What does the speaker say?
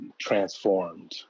transformed